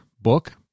book